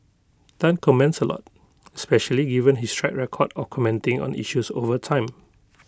Tan comments A lot especially given his track record of commenting on issues over time